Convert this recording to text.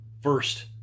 first